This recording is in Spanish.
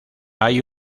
hay